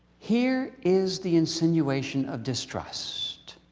here is the insinuation of distrust.